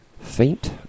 Faint